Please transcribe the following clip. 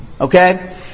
Okay